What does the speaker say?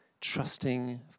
trusting